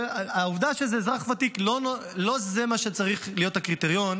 העובדה שזה אזרח ותיק, לא זה צריך להיות הקריטריון